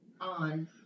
on